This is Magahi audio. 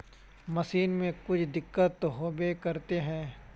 मशीन में कुछ दिक्कत होबे करते है?